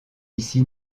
ici